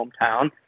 hometown